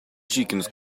chickens